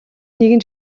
нэгэн